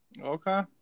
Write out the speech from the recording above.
okay